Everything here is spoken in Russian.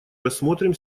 рассмотрим